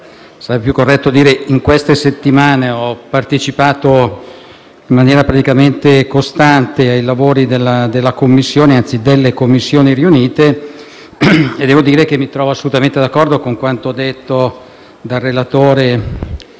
sarebbe più corretto dire in queste settimane - ho partecipato in maniera praticamente costante ai lavori delle Commissioni riunite e devo dire che mi trovo assolutamente d'accordo con quanto detto dai relatori